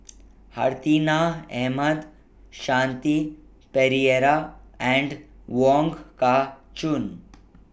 Hartinah Ahmad Shanti Pereira and Wong Kah Chun